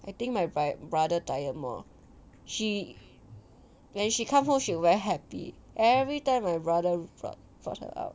I think my brother tired more she then she come home she very happy everytime my brother brought her out